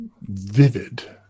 vivid